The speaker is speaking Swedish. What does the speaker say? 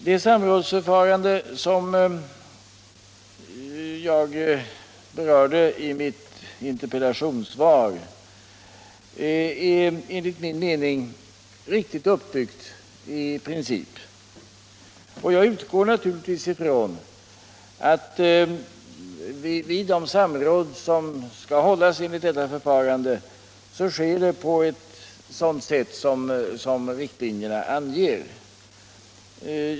Det samrådsförfarande som jag berörde i mitt interpellationssvar är enligt min mening i princip riktigt uppbyggt. Jag utgår naturligtvis ifrån att de samråd som skall hållas genomförs på det sätt som riktlinjerna anger.